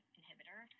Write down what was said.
inhibitor